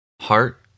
heart